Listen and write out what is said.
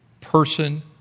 person